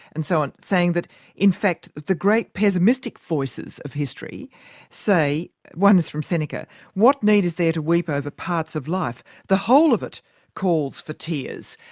and so on, saying that in fact the great pessimistic voices of history say one is from seneca what need is there to weep over parts of life? the whole of it calls for tears.